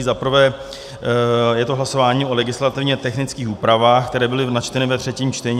Za prvé je to hlasování o legislativně technických úpravách, které byly načteny ve třetím čtení.